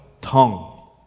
tongue